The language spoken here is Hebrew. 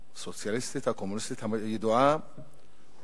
הסוציאליסטית הקומוניסטית הידועה,